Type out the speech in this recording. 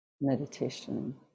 meditation